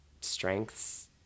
strengths